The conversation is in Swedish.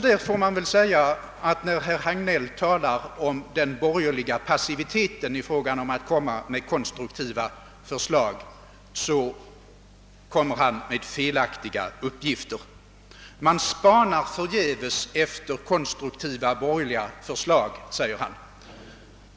Man får väl också säga att herr Hagnell när han talar om den borgerliga passiviteten i fråga om att komma med konstruktiva förslag lämnar felaktiga uppgifter. Man spanar förgäves efter konstruktiva borgerliga förslag, sade han.